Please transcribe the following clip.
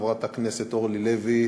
חברת הכנסת אורלי לוי,